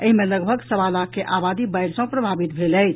एहि मे लगभग सवा लाख के आबादी बाढ़ि सँ प्रभावित भेल अछि